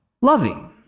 loving